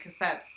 cassettes